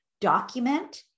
document